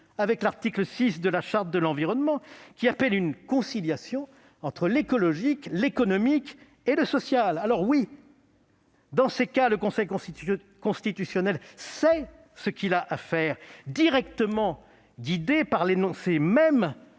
à l'article 6 de la Charte de l'environnement, qui appelle une conciliation entre l'écologique, l'économique et le social. Certes, dans ce cas, le Conseil constitutionnel sait ce qu'il a à faire, directement guidé par l'énoncé même